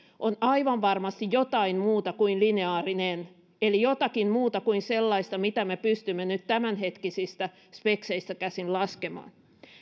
on aivan varmasti jotain muuta kuin lineaarinen eli jotakin muuta kuin sellaista mitä me pystymme nyt tämänhetkisistä spekseistä käsin laskemaan